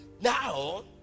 Now